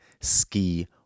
ski